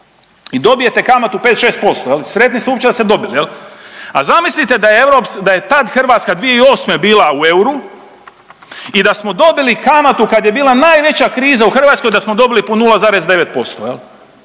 i dobijete kamatu 5-6% jel, sretni ste uopće da ste dobili jel. A zamislite da je tad Hrvatska 2008. bila u euru i da smo dobili kamatu kad je bila najveća kriza u Hrvatskoj da smo dobili po 0,9%.